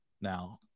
now